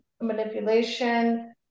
manipulation